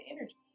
energy